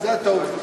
וזאת הטעות.